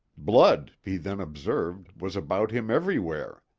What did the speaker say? blood, he then observed, was about him everywhere.